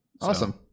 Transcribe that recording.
awesome